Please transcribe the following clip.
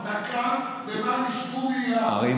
מסע נקם, למען ישמעו וייראו.